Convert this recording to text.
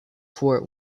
fort